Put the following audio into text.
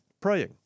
Praying